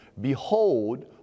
Behold